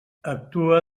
actua